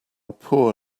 poor